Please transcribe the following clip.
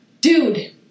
dude